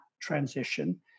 transition